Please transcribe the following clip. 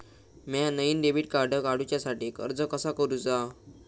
म्या नईन debit card काडुच्या साठी अर्ज कसा करूचा?